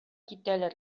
китәләр